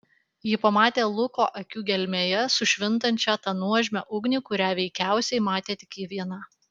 ji pamatė luko akių gelmėje sušvintančią tą nuožmią ugnį kurią veikiausiai matė tik ji viena